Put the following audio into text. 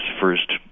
first